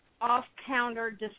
off-counter